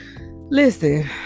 listen